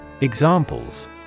Examples